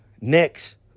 next